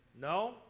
No